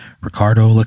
Ricardo